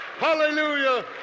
Hallelujah